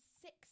Six